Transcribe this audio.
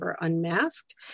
unmasked